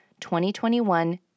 2021